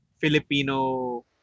Filipino